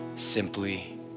simply